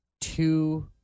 two